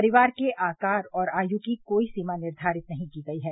परिवार के आकार और आयु की कोई सीमा निर्घारित नहीं की गई है